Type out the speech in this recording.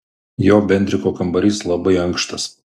jo bendriko kambarys labai ankštas